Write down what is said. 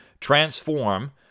transform